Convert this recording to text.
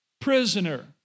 prisoner